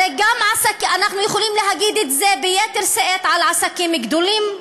הרי אנחנו יכולים להגיד את זה ביתר שאת גם על עסקים גדולים,